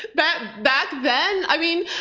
but back then? i mean,